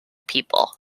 people